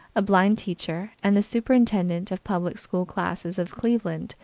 a blind teacher, and the superintendent of public school classes of cleveland,